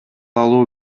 алуу